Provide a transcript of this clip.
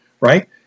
right